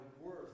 worth